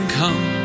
come